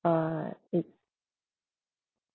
uh it's